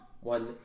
one